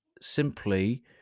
simply